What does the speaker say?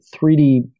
3D